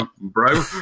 bro